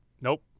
Nope